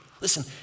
Listen